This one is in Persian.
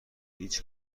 هیچ